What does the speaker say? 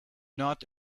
not